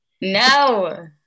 No